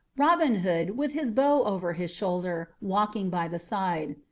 robin hood, with his bow over his shoulder, walking by the side.